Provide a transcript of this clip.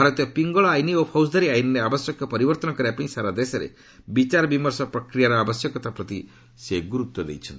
ଭାରତୀୟ ପିଙ୍ଗଳ ଆଇନ୍ ଓ ଫୌଜଦାରୀ ଆଇନ୍ରେ ଆବଶ୍ୟକୀୟ ପରିବର୍ତ୍ତନ କରିବା ପାଇଁ ସାରା ଦେଶରେ ବିଚାର ବିମର୍ସ ପ୍ରକ୍ରିୟାର ଆବଶ୍ୟକତା ପ୍ରତି ସେ ଗୁର୍ତ୍ୱାରୋପ କରିଛନ୍ତି